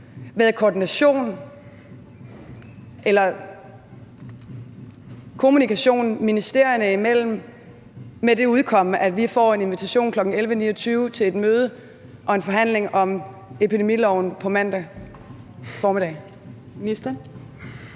været koordination eller kommunikation ministerierne imellem med det udkom, at vi får en invitation kl. 11.29 til et møde og en forhandling om epidemiloven på mandag formiddag?